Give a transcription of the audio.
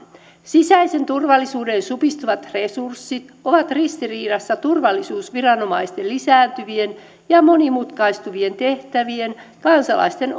sisäisen turvallisuuden supistuvat resurssit ovat ristiriidassa turvallisuusviranomaisten lisääntyvien ja monimutkaistuvien tehtävien kansalaisten